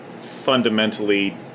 fundamentally